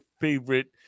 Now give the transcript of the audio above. favorite